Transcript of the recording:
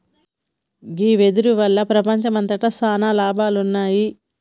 గీ వెదురు వల్ల ప్రపంచంమంతట సాన లాభాలున్నాయి